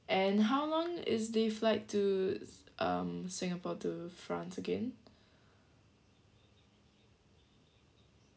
and how long is the flight to um singapore to france again